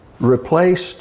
replaced